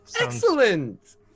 Excellent